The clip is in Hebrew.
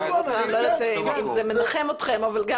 אני לא יודעת אם זה מנחם אתכם, אבל גם